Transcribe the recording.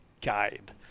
guide